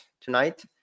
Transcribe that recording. tonight